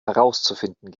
herauszufinden